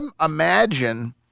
imagine